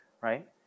right